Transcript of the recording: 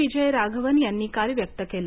विजय राघवन यांनी काल व्यक्त केलं